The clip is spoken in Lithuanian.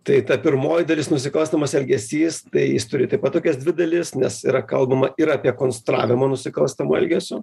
tai ta pirmoji dalis nusikalstamas elgesys tai jis turi taip pat tokias dvi dalis nes yra kalbama ir apie konstravimą nusikalstamu elgesiu